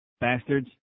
Bastards